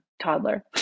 toddler